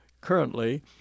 currently